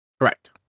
Correct